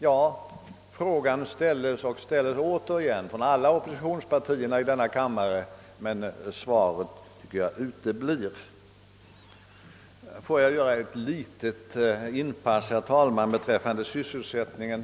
Ja, frågan ställs och ställs återigen av alla oppositionspartierna i denna kammare, men svaret tycks utebli. Får jag, herr talman, göra ett litet inpass beträffande sysselsättningen.